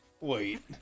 wait